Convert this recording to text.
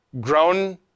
grown